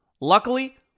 Luckily